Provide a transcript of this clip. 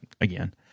Again